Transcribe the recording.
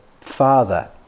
father